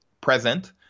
present